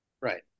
right